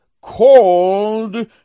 called